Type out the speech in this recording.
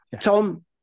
Tom